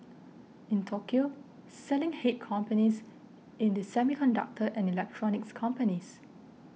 in Tokyo selling hit companies in the semiconductor and electronics companies